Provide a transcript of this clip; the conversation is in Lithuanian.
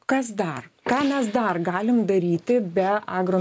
kas dar ką mes dar galim daryti be agro